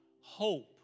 hope